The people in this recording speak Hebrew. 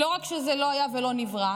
לא רק שזה לא היה ולא נברא,